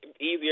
Easier